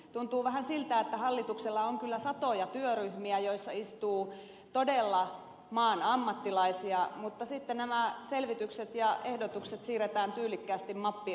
tuntuu vähän siltä että hallituksella on kyllä satoja työryhmiä joissa istuu todella maan ammattilaisia mutta sitten nämä selvitykset ja ehdotukset siirretään tyylikkäästi mappi öhön